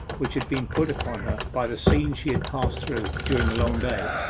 which had been put upon her by the scenes she had passed through during the long day,